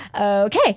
okay